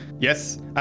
Yes